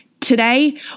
Today